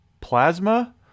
plasma